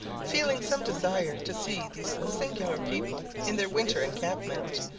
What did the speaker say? feeling some desire to see these singular people in their winter encampment,